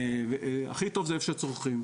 הכי טוב איפה שצורכים.